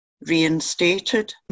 reinstated